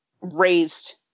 raised